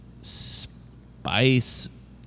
spice